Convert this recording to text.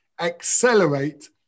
Accelerate